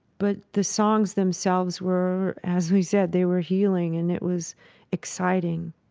but the songs themselves were, as we said, they were healing and it was exciting.